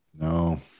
No